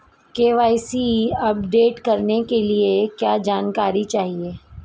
KYC update करने के लिए क्या जानकारी चाहिए?